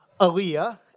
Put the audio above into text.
Aaliyah